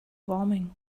warming